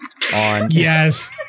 Yes